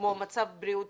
כמו מצב בריאותי.